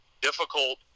difficult